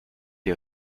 les